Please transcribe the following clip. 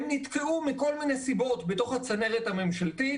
הם נתקעו מכל מיני סיבות בתוך הצנרת הממשלתית.